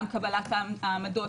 גם קבלת העמדות,